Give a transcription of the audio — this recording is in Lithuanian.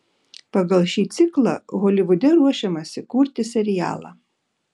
pagal šį ciklą holivude ruošiamasi kurti serialą